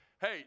hey